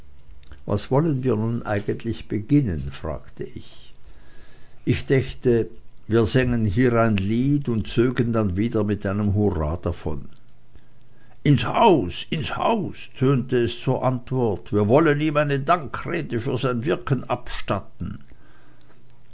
was wollen wir nun eigentlich beginnen fragte ich ich dächte wir sängen hier ein lied und zögen dann wieder mit einem hurra davon ins haus ins haus tönte es zur antwort wir wollen ihm eine dankrede für sein wirken abstatten